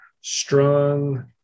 strong